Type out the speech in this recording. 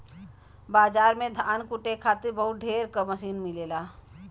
बाजार में धान कूटे खातिर बहुत ढेर क मसीन मिलेला